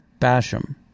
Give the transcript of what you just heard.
Basham